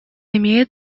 имеет